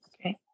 Okay